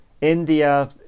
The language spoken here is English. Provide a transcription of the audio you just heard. india